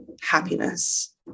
happiness